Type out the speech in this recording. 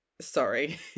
Sorry